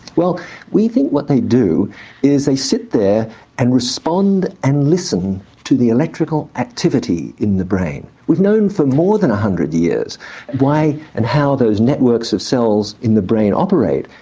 well we think what they do is they sit there and respond and listen to the electrical activity in the brain. we've known for more than one hundred years why and how those networks of cells in the brain operate,